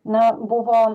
na buvo